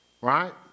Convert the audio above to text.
right